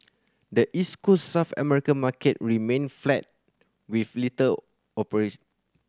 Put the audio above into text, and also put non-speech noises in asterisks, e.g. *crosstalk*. the East Coast South American market remained flat with little *unintelligible*